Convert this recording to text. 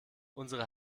unsere